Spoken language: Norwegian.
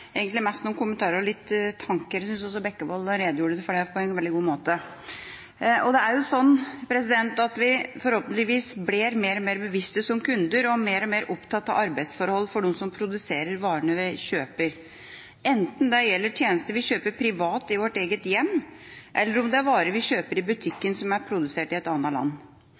egentlig mest noen kommentarer og noen tanker. Jeg synes også Bekkevold redegjorde for forslaget på en veldig god måte. Vi blir forhåpentligvis mer og mer bevisste som kunder og mer og mer opptatt av arbeidsforholdene for dem som produserer varene vi kjøper, enten det gjelder tjenester vi kjøper privat i vårt eget hjem, eller det er varer vi kjøper i butikken som er produsert i et annet land.